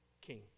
king